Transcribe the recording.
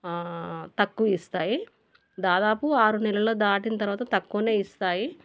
తక్కువ ఇస్తాయి దాదాపు ఆరు నెలలు దాటిన తరువాత తక్కువే ఇస్తాయి